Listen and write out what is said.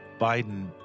Biden